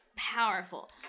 powerful